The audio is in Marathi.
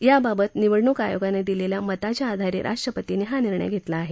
याबावत निवडणूक आयोगानं दिलेल्या मताच्या आधारे राष्ट्रपतींनी हा निर्णय घेतला आहे